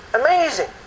Amazing